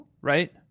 Right